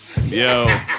Yo